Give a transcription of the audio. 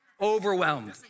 overwhelmed